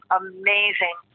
amazing